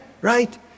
right